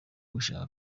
gushaka